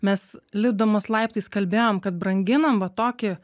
mes lipdamos laiptais kalbėjom kad branginam va tokį